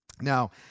Now